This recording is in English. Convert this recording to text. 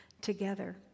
together